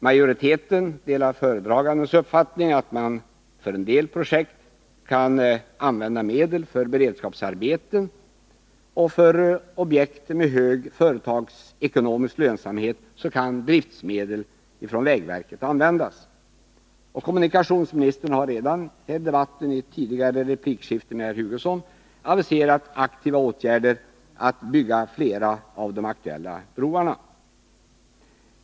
Majoriteten delar föredragandens uppfattning, dvs. att för en del projekt kan medel för beredskapsarbeten användas och för objekt med hög företagsekonomisk lönsamhet kan driftmedel användas. Kommunikationsministern har också i ett replikskifte med Kurt Hugosson tidigare i den här debatten aviserat aktiva åtgärder för att bygga flera av de aktuella broarna.